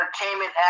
entertainment